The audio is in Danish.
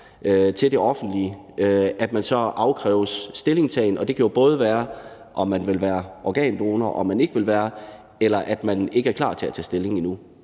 til det offentlige så afkræves stillingtagen, og det kan jo både være, om man vil være organdonor, eller om man ikke vil være det, eller at man ikke er klar til at tage stilling endnu.